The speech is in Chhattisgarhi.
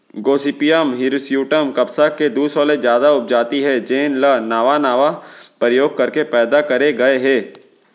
गोसिपीयम हिरस्यूटॅम कपसा के दू सौ ले जादा उपजाति हे जेन ल नावा नावा परयोग करके पैदा करे गए हे